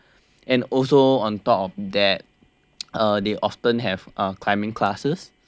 and also on top of that uh they often have uh climbing classes